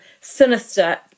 sinister